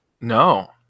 No